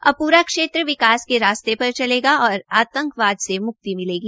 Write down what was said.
अब पूरा क्षेत्र विकास के रास्ते पर चलेगा और आतंकवाद से म्क्ति मिलेगी